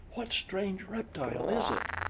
what strange reptile is it?